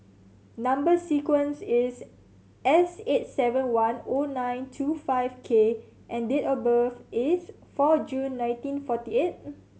number sequence is S eight seven one O nine two five K and date of birth is four June nineteen forty eight